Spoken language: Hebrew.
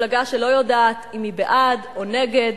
מפלגה שלא יודעת אם היא בעד או נגד,